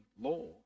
law